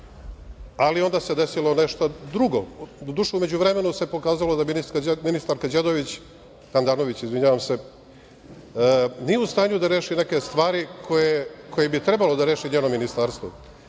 ali onda se desilo nešto drugo. Doduše, u međuvremenu se pokazalo da ministarka Đedović, Handanović, izvinjavam se, nije u stanju da reši neke stvari koje bi trebalo da reši njeno ministarstvo. Naime,